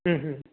ಹ್ಞೂ ಹ್ಞೂ